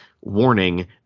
warning